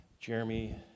Jeremy